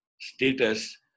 status